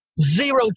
Zero